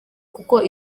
kuko